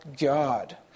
God